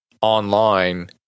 online